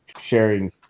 sharing